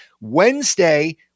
Wednesday